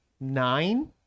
nine